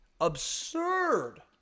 Absurd